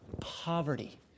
poverty